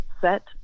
set